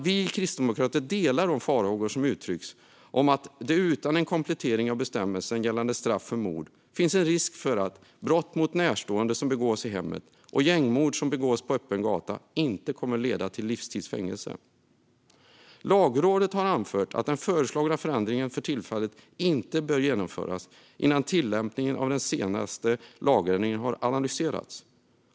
Vi kristdemokrater delar de farhågor som uttrycks om att det utan en komplettering av bestämmelsen gällande straff för mord finns en risk för att brott mot närstående som begås i hemmet och gängmord som begås på öppen gata inte kommer att leda till livstids fängelse. Lagrådet har anfört att den föreslagna förändringen inte bör genomföras innan tillämpningen av den senaste lagändringen har analyserats.